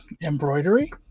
embroidery